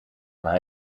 maar